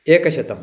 एकशतम्